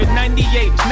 98